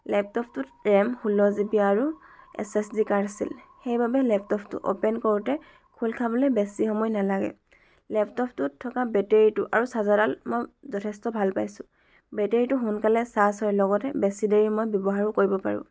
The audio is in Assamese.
লেপট'পটোত ৰেম ষোল্ল জি বি আৰু এছ এছ ডি কাৰ্ড আছিল সেইবাবে লেপটপটো অপেন কৰোঁতে খোল খাবলৈ বেছি সময় নেলাগে লেপটপটোত থকা বেটেৰীটো আৰু চাৰ্জাৰডাল মই যথেষ্ট ভাল পাইছোঁ বেটেৰীটো সোনকালে চাৰ্জ হয় লগতে বেছি দেৰি মই ব্যৱহাৰো কৰিব পাৰোঁ